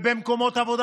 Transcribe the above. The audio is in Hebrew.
ובמקומות עבודה,